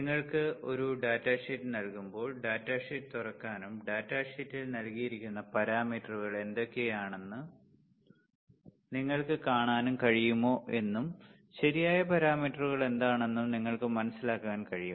നിങ്ങൾക്ക് ഒരു data sheet നൽകുമ്പോൾ ഡാറ്റ ഷീറ്റ് തുറക്കാനും ഡാറ്റാ ഷീറ്റിൽ നൽകിയിരിക്കുന്ന പാരാമീറ്ററുകൾ എന്തൊക്കെയാണെന്നും നിങ്ങൾക്ക് കാണാൻ കഴിയുമോ എന്നും ശരിയായ പാരാമീറ്ററുകൾ എന്താണെന്നും നിങ്ങൾക്ക് മനസിലാക്കാൻ കഴിയും